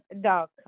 Dog